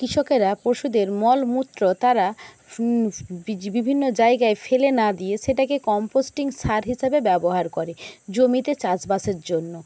কৃষকেরা পশুদের মলমূত্র তারা বিভিন্ন জায়গায় ফেলে না দিয়ে সেটাকে কম্পোস্টিং সার হিসাবে ব্যবহার করে জমিতে চাষবাসের জন্য